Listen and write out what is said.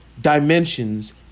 dimensions